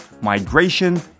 migration